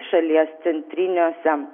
šalies centriniuose